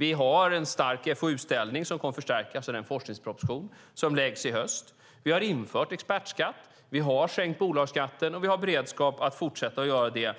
Vi har en stark FoU-ställning som kommer att förstärkas i den forskningsproposition som kommer att läggas fram i höst. Vi har infört expertskatt. Vi har sänkt bolagsskatten, och vi har beredskap att fortsätta att göra det